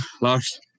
lost